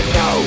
no